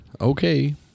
Okay